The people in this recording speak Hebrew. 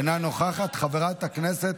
שהוא הפיל את הממשלה?